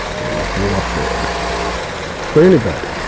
and warfare for anybody